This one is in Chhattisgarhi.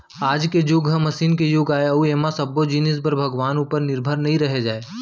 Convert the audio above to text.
आज के जुग ह मसीन के जुग आय अउ ऐमा सब्बो जिनिस बर भगवान उपर निरभर नइ रहें जाए